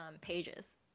pages